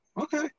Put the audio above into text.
okay